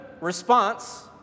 response